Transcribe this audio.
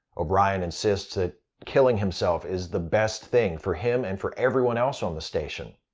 o'brien insists that killing himself is the best thing for him and for everyone else on the station.